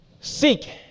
Seek